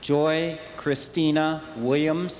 joy christina williams